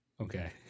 Okay